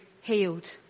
healed